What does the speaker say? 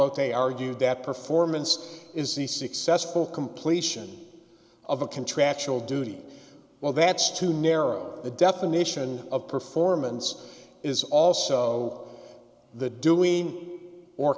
otay argued that performance is the successful completion of a contractual duty well that's to narrow the definition of performance is also the doing or